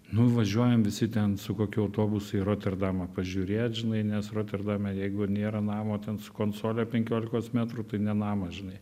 nu važiuojam visi ten su kokiu autobusu į roterdamą pažiūrėt žinai nes roterdame jeigu nėra namo ten su konsole penkiolikos metrų tai ne namas žinai